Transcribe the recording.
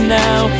now